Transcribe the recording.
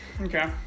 Okay